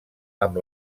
amb